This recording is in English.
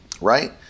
right